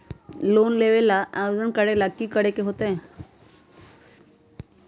Loan लेबे ला आवेदन करे ला कि करे के होतइ?